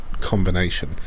combination